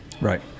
Right